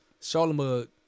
Charlamagne